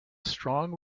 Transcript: strong